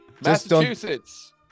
Massachusetts